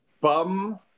Bum